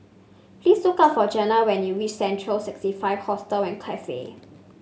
please look up for Jena when you reach Central sixty five Hostel and Cafe